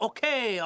Okay